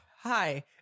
hi